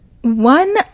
one